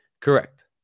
correct